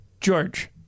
George